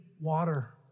water